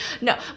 no